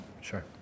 Sure